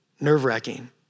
nerve-wracking